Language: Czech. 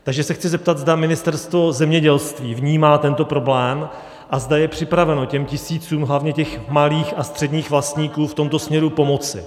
Takže se chci zeptat, zda Ministerstvo zemědělství vnímá tento problém a zda je připraveno těm tisícům hlavně těch malých a středních vlastníků v tomto směru pomoci.